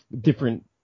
different